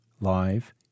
live